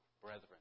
brethren